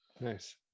nice